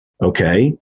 Okay